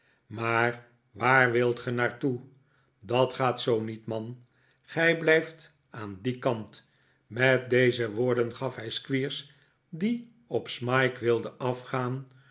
maar waar wilt ge naar toe dat gaat zoo niet man gij blijft aan dien kant met deze woorden gaf hij squeers die op smike wilde afgaan